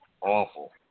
awful